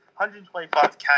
125k